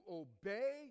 obey